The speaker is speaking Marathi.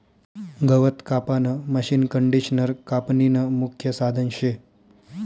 गवत कापानं मशीनकंडिशनर कापनीनं मुख्य साधन शे